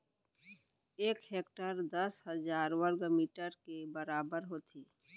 एक हेक्टर दस हजार वर्ग मीटर के बराबर होथे